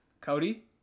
Cody